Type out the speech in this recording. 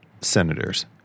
senators